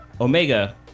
Omega